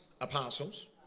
apostles